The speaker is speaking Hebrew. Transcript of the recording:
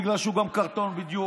בגלל שגם הוא קרטון בדיוק,